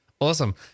Awesome